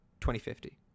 2050